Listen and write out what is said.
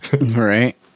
Right